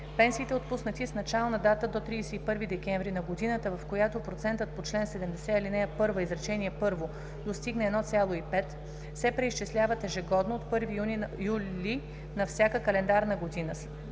Пенсиите, отпуснати с начална дата до 31 декември на годината, в която процентът по чл. 70, ал. 1, изречение първо достигне 1,5, се преизчисляват ежегодно от 1 юли на всяка календарна година,